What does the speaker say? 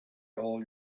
all